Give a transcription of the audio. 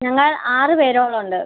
ഞങ്ങൾ ആറ് പേരോളം ഉണ്ട്